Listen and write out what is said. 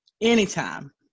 anytime